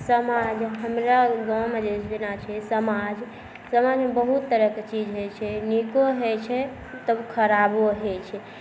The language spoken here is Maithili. समाज हमरा गाँवमे जे जेना छै समाज समाजमे बहुत तरहके चीज होइ छै नीको होइ छै तब खराबो होइ छै